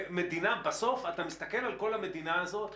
בסוף אתה מסתכל על כל המדינה הזאת,